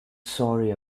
sorry